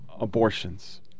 abortions